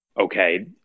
okay